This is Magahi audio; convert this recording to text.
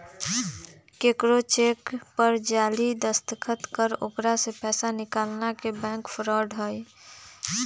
केकरो चेक पर जाली दस्तखत कर ओकरा से पैसा निकालना के बैंक फ्रॉड हई